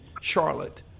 Charlotte